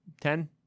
Ten